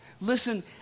Listen